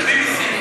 את ה-BBC?